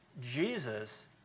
Jesus